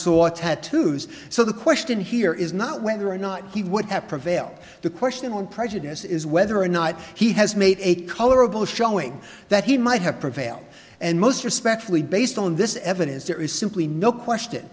saw tattoos so the question here is not whether or not he would have prevailed the question on prejudice is whether or not he has made a colorable showing that he might have prevailed and most respectfully based on this evidence there is simply no question